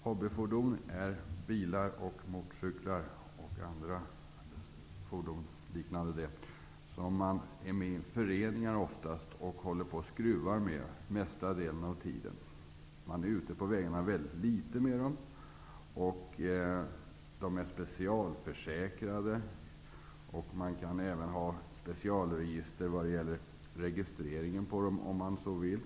Hobbyfordon är bilar, motorcyklar och andra liknande fordon som man, oftast inom föreningar, större delen av tiden håller på och skruvar med. Man är ute på vägarna väldigt litet med dessa fordon. De är specialförsäkrade. Man kan även registrera dem i specialregister, om man så vill.